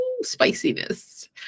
spiciness